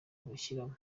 rushyiramo